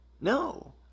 No